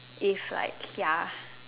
if like ya